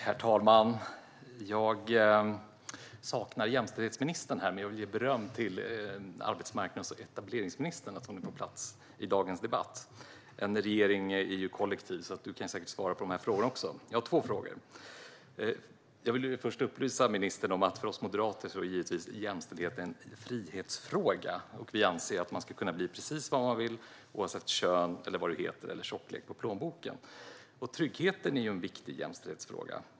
Herr talman! Jag saknar jämställdhetsministern här men vill ge beröm till arbetsmarknads och etableringsministern för att hon är på plats i dagens debatt. Men regeringen är ju kollektiv, så hon kan säkert svara på de här frågorna också. Jag har två frågor. Först vill jag upplysa ministern om att för oss moderater är jämställdheten en frihetsfråga. Vi anser att man ska kunna bli precis vad man vill, oavsett kön, vad man heter eller tjocklek på plånboken. Tryggheten är en viktig jämställdhetsfråga.